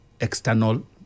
external